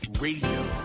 Radio